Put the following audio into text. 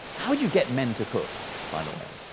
how do you get men to cook by the way?